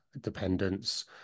dependence